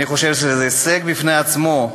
אני חושב שזה הישג בפני עצמו,